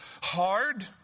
hard